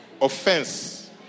Offense